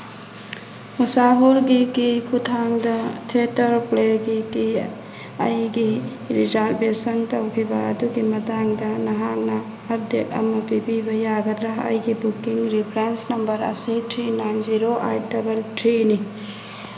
ꯎꯁꯥ ꯍꯣꯜꯒꯤ ꯀꯤ ꯈꯨꯊꯥꯡꯗ ꯊꯦꯇꯔ ꯄ꯭ꯂꯦꯒꯤꯀꯤ ꯑꯩꯒꯤ ꯔꯤꯖꯥꯔꯕꯦꯁꯟ ꯇꯧꯈꯤꯕ ꯑꯗꯨꯒꯤ ꯃꯇꯥꯡꯗ ꯅꯍꯥꯛꯅ ꯑꯞꯗꯦꯠ ꯑꯃ ꯄꯤꯕꯤꯕ ꯌꯥꯒꯗ꯭ꯔꯥ ꯑꯩꯒꯤ ꯕꯨꯀꯤꯡ ꯔꯤꯐ꯭ꯔꯦꯟꯁ ꯅꯝꯕꯔ ꯑꯁꯤ three nine zero eight double ꯊ꯭ꯔꯤꯅꯤ